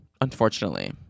unfortunately